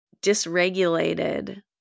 dysregulated